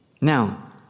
Now